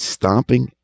Stomping